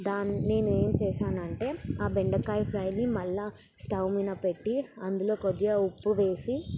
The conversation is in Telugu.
దాన్ని నేనేం చేశానంటే ఆ బెండకాయ ఫ్రైని మళ్ళీ స్టవ్ మీద పెట్టి అందులో కొద్దిగా ఉప్పు వేసి